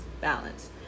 balance